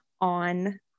on